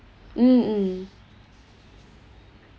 mm mm